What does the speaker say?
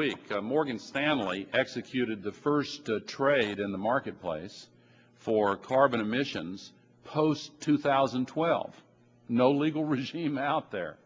week morgan stanley executed the first trade in the marketplace for carbon emissions post two thousand and twelve no legal regime out there